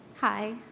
Hi